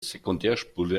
sekundärspule